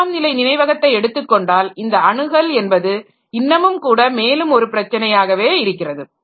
இரண்டாம் நிலை நினைவகத்தை எடுத்துக்கொண்டால் இந்த அணுகல் என்பது இன்னமும்கூட மேலும் ஒரு பிரச்சனையாகவே இருக்கிறது